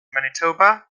manitoba